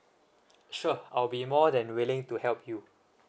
sure I'll be more than willing to help you